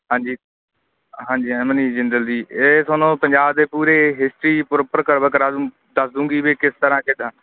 ਹਾਂਜੀ ਹਾਂਜੀ ਹਾਂ ਮਨੀਸ਼ ਜਿੰਦਲ ਦੀ ਇਹ ਤੁਹਾਨੂੰ ਪੰਜਾਬ ਦੇ ਪੂਰੇ ਹਿਸਟਰੀ ਪ੍ਰੋਪਰ ਕਵਰ ਕਰਾ ਦੱਸ ਦੂੰਗੀ ਵੀ ਕਿਸ ਤਰ੍ਹਾਂ ਕਿੱਦਾਂ